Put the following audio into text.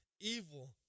evil